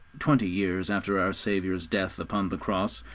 twenty years after our saviour's death upon the cross,